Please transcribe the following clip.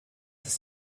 ist